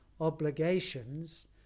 obligations